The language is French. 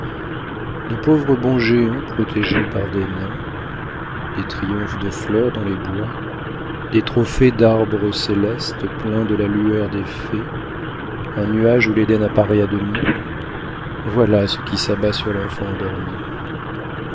de pauvres bons géants protégés par des nains des triomphes de fleurs dans les bois des trophées d'arbres célestes pleins de la lueur des fées un nuage où l'eden apparaît à demi voilà ce qui s'abat sur l'enfant endormi